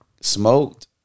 smoked